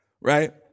right